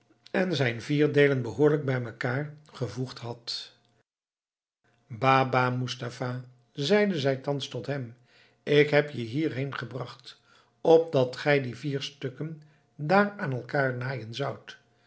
en zijn vier deelen behoorlijk bijmekaar gevoegd had baba moestapha zeide zij thans tot hem ik heb je hierheen gebracht opdat gij die vier stukken daar aan elkaar naaien zoudt